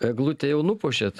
eglutę jau nupuošėt